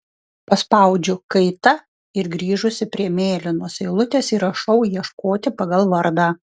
paspaudžiu kaita ir grįžusi prie mėlynos eilutės įrašau ieškoti pagal vardą